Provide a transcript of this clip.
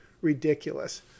ridiculous